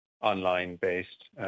online-based